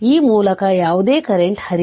ಆದ್ದರಿಂದ ಈ ಮೂಲಕ ಯಾವುದೇ ಕರೆಂಟ್ ಹರಿಯುವುದಿಲ್ಲ